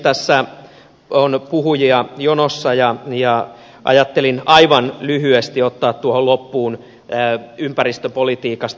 tässä on puhujia jonossa ja ajattelin aivan lyhyesti ottaa loppuun ympäristöpolitiikasta